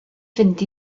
fynd